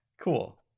Cool